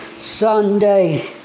Sunday